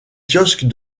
kiosque